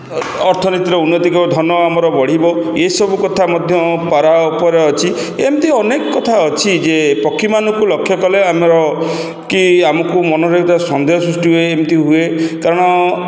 ଅର୍ଥନୀତିର ଉନ୍ନତି ଧନ ଆମର ବଢ଼ିବ ଏସବୁ କଥା ମଧ୍ୟ ପାରା ଉପରେ ଅଛି ଏମିତି ଅନେକ କଥା ଅଛି ଯେ ପକ୍ଷୀମାନଙ୍କୁ ଲକ୍ଷ୍ୟ କଲେ ଆମର କି ଆମକୁ ମନରେ ଥିବା ସନ୍ଦେହ ସୃଷ୍ଟି ହୁଏ ଏମିତି ହୁଏ କାରଣ